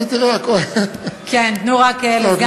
תנו רק לסגן השר להשיב בבקשה.